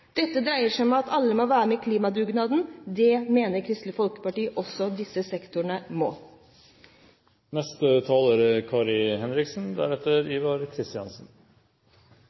Dette dreier seg om at alle må være med på klimadugnaden. Det mener Kristelig Folkeparti at også disse sektorene må. Deler av Europa er